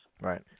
right